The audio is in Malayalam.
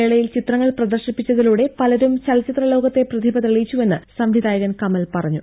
മേളയിൽ ചിത്രങ്ങൾ പ്രദർശിപ്പിച്ചതിലൂടെ പലരും ചലച്ചിത്രലോകത്തെ പ്രതിഭ തെളിയിച്ചുവെന്ന് സംവിധായകൻ കമൽ പറഞ്ഞു